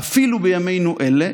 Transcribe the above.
אפילו בימינו אלה,